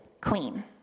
clean